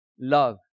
love